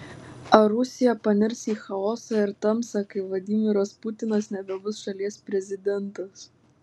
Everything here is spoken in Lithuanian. ar rusija panirs į chaosą ir tamsą kai vladimiras putinas nebebus šalies prezidentas